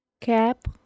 Cap